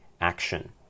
action